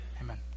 Amen